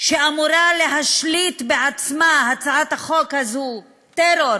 שאמורה להשליט בעצמה, הצעת החוק הזאת, טרור